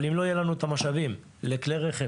אבל אם לא יהיו לנו משאבים לכלי רכב,